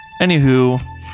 Anywho